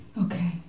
Okay